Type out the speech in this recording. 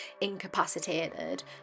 incapacitated